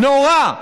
נורא.